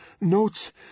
notes